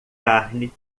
carne